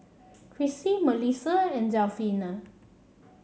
Krissy Mellisa and Delfina